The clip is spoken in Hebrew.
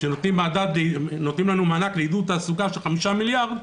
שנותנים לנו מענק לעידוד תעסוקה של 5 מיליארד,